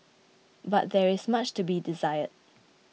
but there is much to be desired